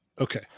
Okay